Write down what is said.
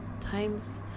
times